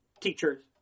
teachers